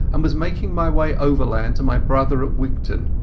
and was making my way overland to my brother at wigtown.